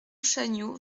chagnaud